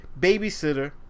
Babysitter